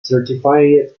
certified